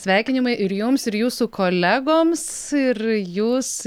sveikinimai ir jums ir jūsų kolegoms ir jūs